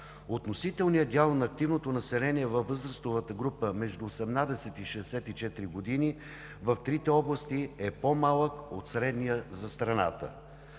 Относителният дял на активното население във възрастовата група между 18 и 64 години в трите области е по-малък от средния за страната.